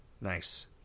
nice